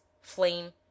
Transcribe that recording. flame